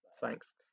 Thanks